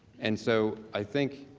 and so i think